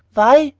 why,